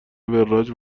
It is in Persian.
وراج